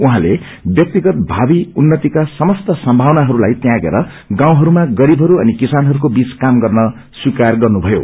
उहाँले व्याक्तिगत भावी उन्नतिका समस्त सम्भावनाहरूलाई त्यागेर गाउँहरूमा गरीबहरू अनि किसानहरूको बीच काम गर्न स्वीकार गर्नुभयो